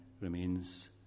remains